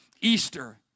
Easter